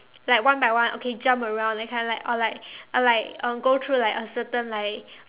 like one by one okay jump around that kind like or like or like go through like a certain like